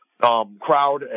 Crowd